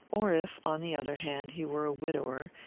or if, on the other hand, he were a widower,